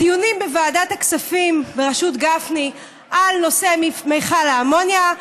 הדיונים בוועדת הכספים בראשות גפני על נושא מכל האמוניה,